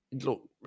Look